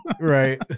Right